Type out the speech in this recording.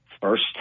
first